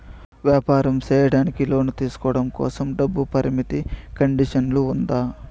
వ్యాపారం సేయడానికి లోను తీసుకోవడం కోసం, డబ్బు పరిమితి కండిషన్లు ఉందా?